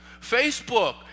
Facebook